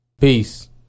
Peace